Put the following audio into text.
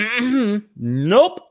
Nope